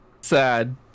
sad